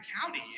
County